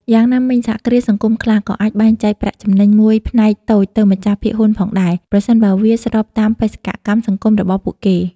យ៉ាងណាមិញ សហគ្រាសសង្គមខ្លះក៏អាចបែងចែកប្រាក់ចំណេញមួយផ្នែកតូចទៅម្ចាស់ភាគហ៊ុនផងដែរ ប្រសិនបើវាស្របតាមបេសកកម្មសង្គមរបស់ពួកគេ ។